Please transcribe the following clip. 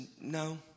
no